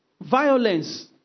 violence